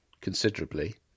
considerably